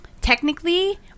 Technically